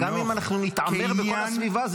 וגם אם אנחנו נתעמר בכל הסביבה,